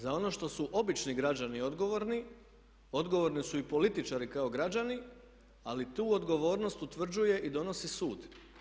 Za ono što su obični građani odgovorni, odgovorni su i političari kao građani ali tu odgovornost utvrđuje i donosi sud.